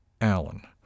Allen